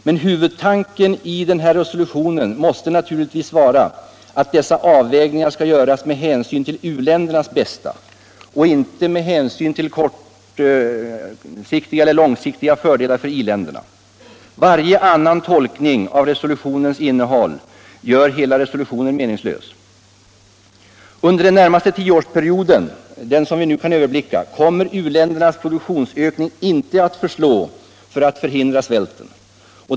Men huvudtanken i resolutionen måste naturligtvis vara att dessa avvägningar skall göras med hänsyn till u-ländernas bästa och inte med hänsyn till kortsiktiga eller långsiktiga fördelar för i-länderna. Varje annan tolkning av resolutionens innehåll gör hela resolutionen meningslös. Under den närmaste tioårsperioden — den som vi nu kan överblicka — kommer u-ländernas produktionsökning inte att räcka till för att hindra svälten.